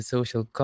Social